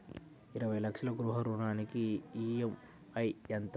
ఇరవై లక్షల గృహ రుణానికి ఈ.ఎం.ఐ ఎంత?